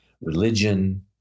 religion